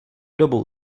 dobu